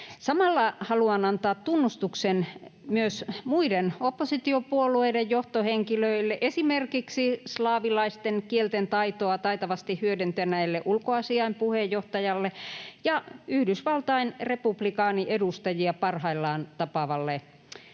Samalla haluan antaa tunnustuksen myös muiden oppositiopuolueiden johtohenkilöille, esimerkiksi slaavilaisten kielten taitoa taitavasti hyödyntäneelle ulkoasiainvaliokunnan puheenjohtajalle ja Yhdysvaltain republikaaniedustajia parhaillaan tapaavalle